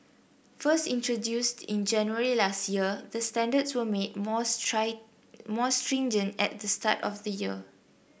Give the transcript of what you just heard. first introduced in January last year the standards were made more more stringent at the start of the year